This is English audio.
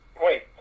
Wait